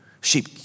sheep